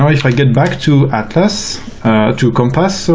i get back to to compass, so